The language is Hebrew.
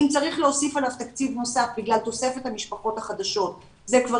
אם צריך להוסיף עליו תקציב נוסף בגלל תוספת המשפחות החדשות זה כבר